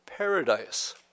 paradise